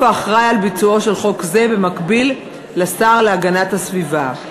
האחראי לביצועו של חוק זה במקביל לשר להגנת הסביבה.